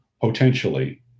potentially